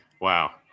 Wow